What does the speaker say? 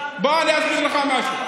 בוא אני אסביר לך משהו?